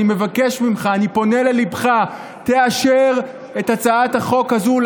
אני מבקש ממך ואני פונה לליבך: תאשר את הצעת החוק הזאת,